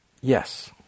Yes